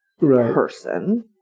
person